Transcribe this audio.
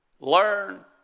learn